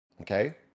okay